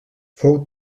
fou